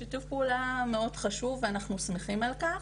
במקרה הזה שיתוף פעולה הוא מאוד חשוב ואנחנו שמחים על כך.